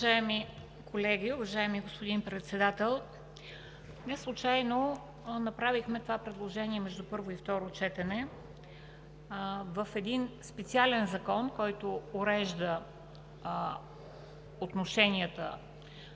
Уважаеми колеги, уважаеми господин Председател! Неслучайно направихме това предложение между първо и второ четене, един специален закон, който урежда отношенията,